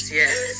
yes